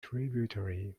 tributary